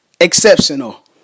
Exceptional